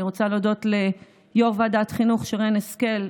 אני רוצה להודות ליו"ר ועדת החינוך שרן השכל.